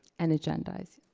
and agendas.